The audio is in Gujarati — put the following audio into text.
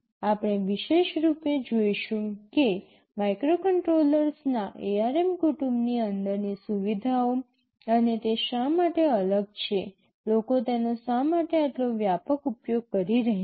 આપણે વિશેષરૂપે જોઈશું કે માઇક્રોકન્ટ્રોલર્સના ARM કુટુંબની અંદરની સુવિધાઓ અને તે શા માટે અલગ છે લોકો તેનો શા માટે આટલો વ્યાપક ઉપયોગ કરી રહ્યાં છે